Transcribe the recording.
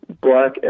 black